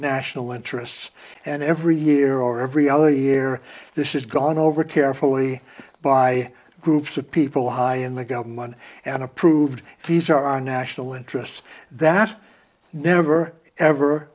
national interests and every year or every other year this is gone over carefully by groups of people high in the government and approved these are our national interests that never ever